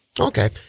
Okay